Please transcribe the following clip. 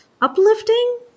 uplifting